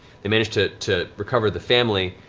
they managed to to recover the family,